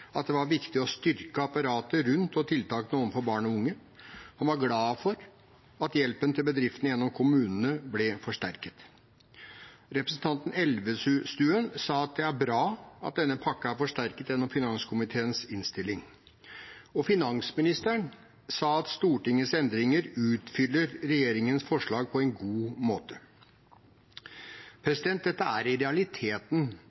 at det var viktig å styrke apparatet rundt og tiltakene overfor barn og unge, og var glad for at hjelpen til bedriftene gjennom kommunene ble forsterket. Representanten Elvestuen sa at det er bra at denne pakken er forsterket gjennom finanskomiteens innstilling. Og finansministeren sa at Stortingets endringer utfyller regjeringens forslag på en god måte.